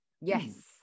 yes